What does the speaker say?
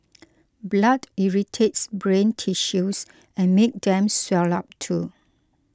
blood irritates brain tissues and make them swell up too